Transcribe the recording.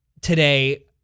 today